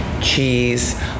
cheese